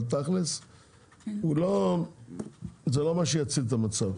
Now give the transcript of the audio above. אבל תכל"ס לא החוק הזה יציל את המצב.